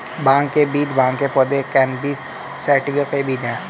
भांग के बीज भांग के पौधे, कैनबिस सैटिवा के बीज हैं